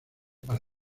para